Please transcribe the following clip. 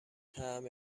طعم